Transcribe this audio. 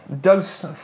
Doug's